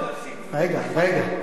רגע.